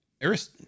Eris